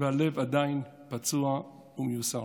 והלב עדיין פצוע ומיוסר.